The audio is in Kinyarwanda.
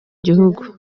gihugu